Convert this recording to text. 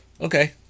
Okay